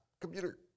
Computer